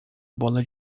bola